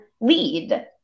lead